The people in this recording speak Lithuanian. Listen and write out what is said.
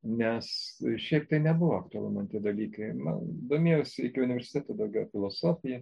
nes šaip tai nebuvo aktualu man tie dalykai man domėjausi iki universiteto daugiau filosofija